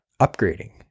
upgrading